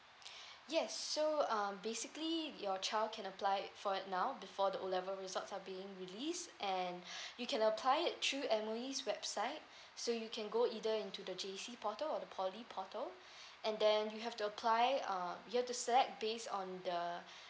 yes so um basically your child can apply it for it now before the O level results are being released and you can apply it through M_O_E website so you can go either into the J_C portal or the poly portal and then you have to apply uh you have to set based on the